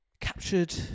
captured